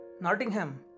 Nottingham